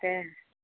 তেহ